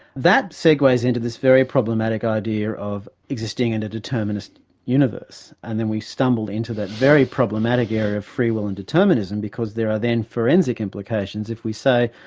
that segues into this very problematic idea of existing in a determinist universe, and then we stumble into that very problematic area of free will and determinism, because there are then forensic implications if we say,